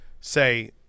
Say